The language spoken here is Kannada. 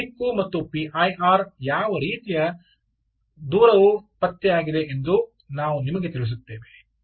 ಆ ದಿಕ್ಕು ಮತ್ತು ಪಿಐಆರ್ನಿಂದ ಯಾವ ರೀತಿಯ ದೂರವು ಪತ್ತೆಯಾಗಿದೆ ಎಂದು ನಾವು ನಿಮಗೆ ತಿಳಿಸುತ್ತೇವೆ